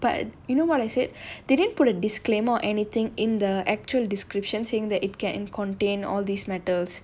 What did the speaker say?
but you know what I said they didn't put a disclaimer or anything in the actual description saying that it can contain all these metals